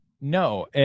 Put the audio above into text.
No